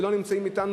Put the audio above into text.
ולא נמצאים אתנו,